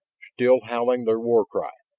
still howling their war cry.